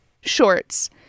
shorts